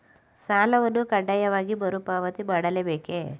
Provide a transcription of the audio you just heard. ಸಾಲವನ್ನು ಕಡ್ಡಾಯವಾಗಿ ಮರುಪಾವತಿ ಮಾಡಲೇ ಬೇಕೇ?